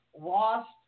lost